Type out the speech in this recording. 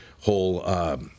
whole